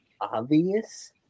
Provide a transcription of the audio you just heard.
obvious